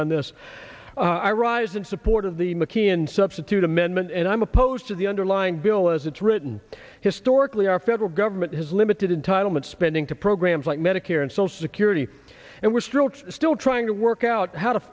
on this i rise in support of the mckeon substitute amendment and i'm opposed to the underlying bill as it's written historically our federal government has limited in title meant spending to programs like medicare and social security and we're strokes still trying to work out how to